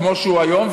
כמו שהוא היום,